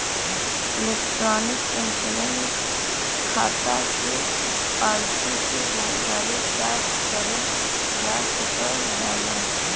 electronic insurance खाता से policy के जानकारी प्राप्त करल जा सकल जाला